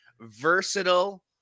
versatile